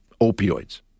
opioids